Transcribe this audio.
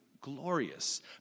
glorious